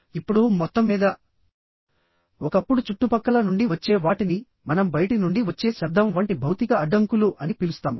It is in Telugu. ఇప్పుడు మొత్తం మీద ఒకప్పుడు చుట్టుపక్కల నుండి వచ్చే వాటిని మనం బయటి నుండి వచ్చే శబ్దం వంటి భౌతిక అడ్డంకులు అని పిలుస్తాము